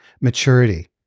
maturity